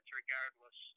regardless